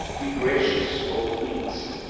be gracious, o queens,